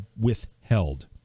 withheld